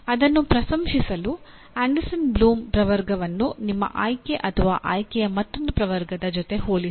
ಅದನ್ನು ಪ್ರಶಂಸಿಸಲು Anderson Bloom ಪ್ರವರ್ಗವನ್ನು ನಿಮ್ಮ ಆಯ್ಕೆ ಆಯ್ಕೆಯ ಮತ್ತೊಂದು ಪ್ರವರ್ಗದ ಜೊತೆ ಹೋಲಿಸಿ